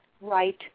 right